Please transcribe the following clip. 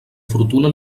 fortuna